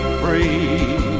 free